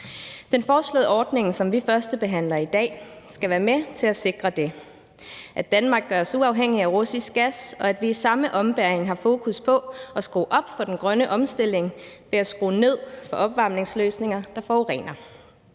det lovforslag, som vi førstebehandler i dag, skal være med til at sikre, at Danmark gøres uafhængigt af russisk gas, og at vi i samme ombæring har fokus på at skrue op for den grønne omstilling ved at skrue ned for opvarmningsløsninger, der forurener.